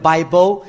Bible